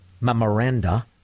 memoranda